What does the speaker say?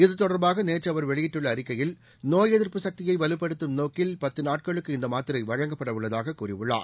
இது தொடர்பாக நேற்று அவர் வெளியிட்டுள்ள அறிக்கையில் நோய் எதிர்ப்பு சக்தியை வலுப்படுத்தும் நோக்கில் பத்து நாட்களுக்கு இந்த மாத்திரை வழங்கப்பட உள்ளதாகக் கூறியள்ளார்